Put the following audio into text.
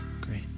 Great